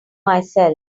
myself